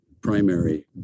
primary